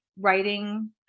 writing